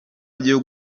byo